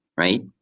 right?